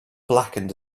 blackened